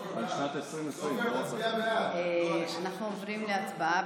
--- מצביע בעד --- אנחנו עוברים להצבעה.